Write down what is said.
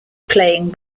playing